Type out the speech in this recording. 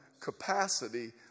capacity